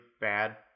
bad